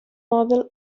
model